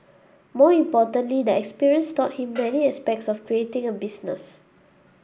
more importantly the experience taught him many aspects of creating a business